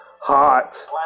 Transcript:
hot